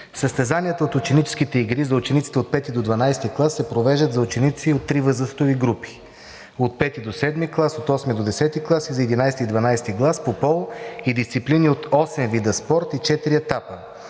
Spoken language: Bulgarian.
Състезанията от ученическите игри за учениците от 5 до 12 клас се провеждат за ученици от три възрастови групи – от 5 до 7 клас, от 8 до 10 клас и за 11 и 12 клас, по пол и дисциплини от 8 вида спорт и на 4 етапа: